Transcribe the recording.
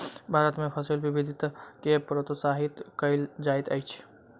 भारत में फसिल विविधता के प्रोत्साहित कयल जाइत अछि